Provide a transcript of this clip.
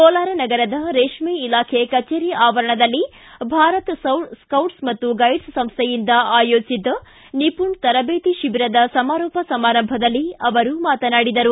ಕೋಲಾರ ನಗರದ ರೇಷ್ಮೆ ಇಲಾಖೆ ಕಚೇರಿ ಆವರಣದಲ್ಲಿ ಭಾರತ್ ಸೈಟ್ಸ್ ಮತ್ತು ಗೈಡ್ಸ್ ಸಂಸ್ಥೆಯಿಂದ ಆಯೋಜಿಸಿದ್ದ ನಿಪುಣ್ ತರಬೇತಿ ಶಿಬಿರದ ಸಮಾರೋಪ ಸಮಾರಂಭದಲ್ಲಿ ಅವರು ಮಾತನಾಡಿದರು